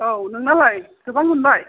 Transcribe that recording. औ नोंनालाय गोबां मोनबाय